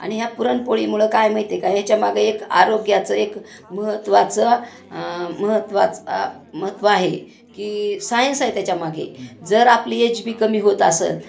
आणि ह्या पुरणपोळीमुळं काय माहिती आहे का ह्याच्यामागे एक आरोग्याचं एक महत्त्वाचं महत्त्वाचं महत्त्व आहे की सायन्स आहे त्याच्यामागे जर आपली एजबी कमी होत असेल